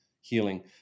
healing